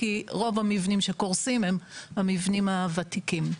כי רוב המבנים שקורסים הם המבנים הוותיקים.